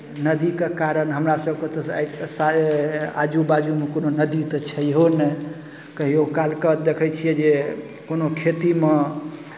नदीके कारण हमरासभके तऽ आइ सारे आजू बाजूमे कोनो नदी तऽ छैहो नहि कहिओ कालके देखै छियै जे कोनो खेतीमे